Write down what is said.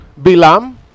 Bilam